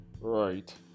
right